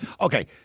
Okay